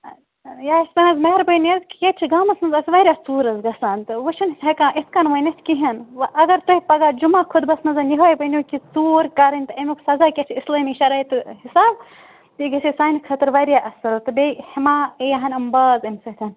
یہِ حظ چھِ تُہُنٛز مہربٲنی حظ کہِ ییٚتہِ چھِ گامَس منٛز اسہِ واریاہ ژوٗرٕ حظ گَژھان تہٕ وۄنۍ چھِنہٕ ہیٚکان یِتھ کٔنۍ وٕنِتھ کِہِنۍ وۄنۍ اگر تُہۍ پَگاہ جُمعہ خُطبَس مَنٛز یِہوٚے ؤنِو کہِ ژوٗر کَرٕنۍ تہٕ اَمیُک سَزا کیاہ چھِ اِسلٲمی شرٲیطہٕ حِساب تہٕ یہِ گَژھِ ہا سانہِ خٲطرٕ واریاہ اَصٕل تہٕ بیٚیہِ ہَنا یِیہِ ہان یِم باز اَمہِ سۭتۍ